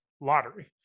lottery